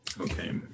Okay